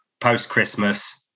post-Christmas